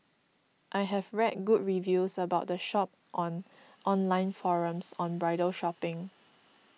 I have read good reviews about the shop on online forums on bridal shopping